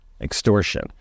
extortion